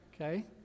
Okay